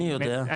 אני יודע.